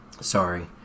Sorry